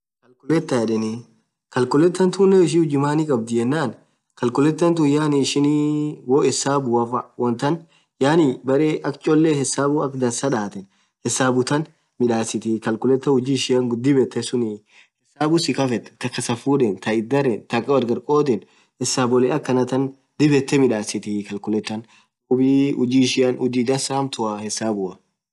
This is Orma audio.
Calculator yedheni calculator tunen ishin huji maani khabdhii yenan calculator tun yaani ishinii woo isabua faa wonn tan yaani berre akha cholee hesabun akha dhansaaa dhaten hesabu than midhasithi calculator huji ishian dhibb yethe suuni hesabu sikafeth thaa kasafudhen thaa itdharen thaa gargar khodhen hesabolee akhana than dhib yethee midhasithi calculatorn dhub huji ishian huji dhansaa hamtua hesabuann